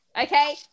Okay